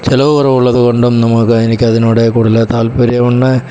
ചിലവ് കുറവുള്ളത് കൊണ്ടും നമുക്ക് എനിക്ക് അതിനോട് കൂടുതൽ താല്പര്യമുണ്ട്